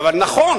אבל נכון